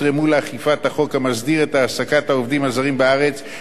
המסדיר את העסקת העובדים הזרים בארץ וירתיעו עבריינים